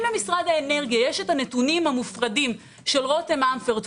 אם למשרד האנרגיה יש הנתונים המופרדים של רותם אמפרט,